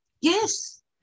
Yes